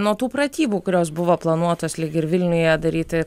nuo tų pratybų kurios buvo planuotos lyg ir vilniuje daryti